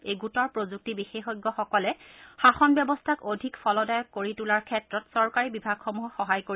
এই গোটৰ প্ৰযুক্তি বিশেষজ্ঞসকলে শাসন ব্যৱস্থাক অধিক ফলদায়ক কৰি তোলাৰ ক্ষেত্ৰত চৰকাৰী বিভাগসমূহক সহায় কৰিব